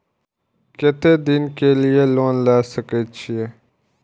केते दिन के लिए लोन ले सके छिए?